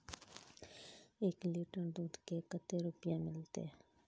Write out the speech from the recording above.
एक लीटर दूध के कते रुपया मिलते?